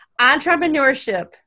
Entrepreneurship